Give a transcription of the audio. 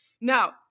now